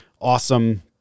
awesome